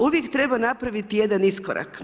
Uvijek treba napraviti jedan iskorak.